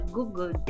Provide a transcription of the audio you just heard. Google